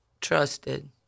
trusted